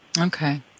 Okay